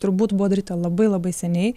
turbūt buvo daryta labai labai seniai